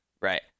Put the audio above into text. Right